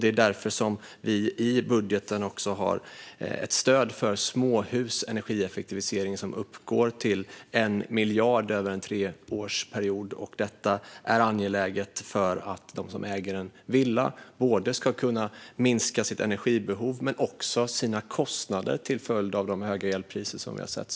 Det är därför det i budgeten finns ett stöd för energieffektivisering när det gäller småhus som uppgår till 1 miljard över en treårsperiod. Detta är angeläget för att de som äger en villa ska kunna minska sitt energibehov och sina kostnader till följd av de höga elpriser som vi har sett.